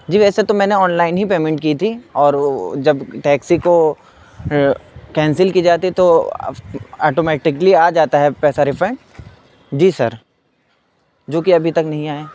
جی ویسے تو میں نے آن لائن ہی پیمنٹ کی تھی اور جب ٹیکسی کو کینسل کی جاتی تو آٹومیٹکلی آ جاتا ہے پیسہ ریفنڈ جی سر جو کہ ابھی تک نہیں آئے